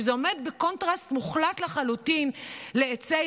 שזה עומד בקונטרסט מוחלט לחלוטין לעצי